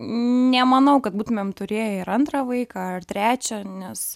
nemanau kad būtumėm turėję ir antrą vaiką ar trečią nes